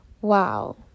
wow